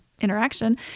interaction